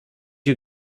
you